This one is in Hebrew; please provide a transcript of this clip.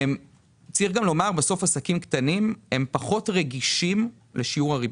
עסקים קטנים פחות רגישים לשיעור הריבית,